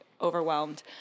overwhelmed